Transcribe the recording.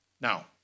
Now